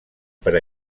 per